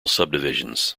subdivisions